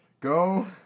Go